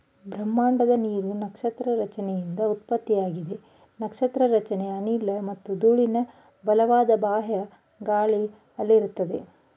ಬ್ರಹ್ಮಾಂಡದ ನೀರು ನಕ್ಷತ್ರ ರಚನೆಯಿಂದ ಉತ್ಪತ್ತಿಯಾಗ್ತದೆ ನಕ್ಷತ್ರ ರಚನೆ ಅನಿಲ ಮತ್ತು ಧೂಳಿನ ಬಲವಾದ ಬಾಹ್ಯ ಗಾಳಿಯಲ್ಲಿರ್ತದೆ